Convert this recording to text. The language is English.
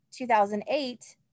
2008